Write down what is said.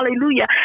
Hallelujah